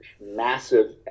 massive